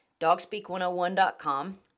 Dogspeak101.com